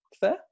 fair